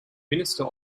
minister